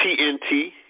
TNT